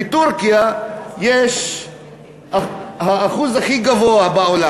בטורקיה יש האחוז הכי גבוה בעולם,